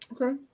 Okay